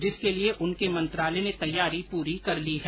जिसके लिये उनके मंत्रालय ने तैयारी पूरी कर ली है